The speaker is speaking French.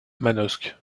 manosque